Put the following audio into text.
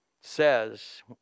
says